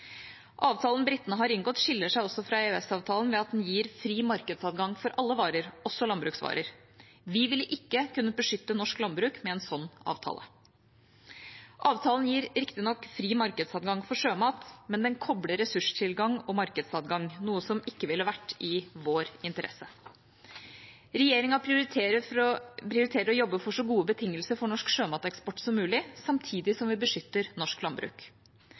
Avtalen britene har inngått, skiller seg også fra EØS-avtalen ved at den gir fri markedsadgang for alle varer, også landbruksvarer. Vi ville ikke kunnet beskytte norsk landbruk med en slik avtale. Avtalen gir riktignok fri markedsadgang for sjømat, men den kobler ressurstilgang og markedsadgang, noe som ikke ville vært i vår interesse. Regjeringa prioriterer å jobbe for så gode betingelser for norsk sjømateksport som mulig, samtidig som vi beskytter norsk landbruk.